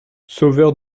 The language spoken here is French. sauveur